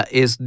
es